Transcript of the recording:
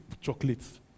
chocolates